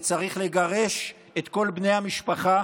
וצריך לגרש את כל בני המשפחה